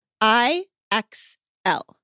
I-X-L